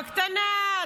בקטנה,